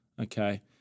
Okay